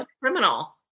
criminal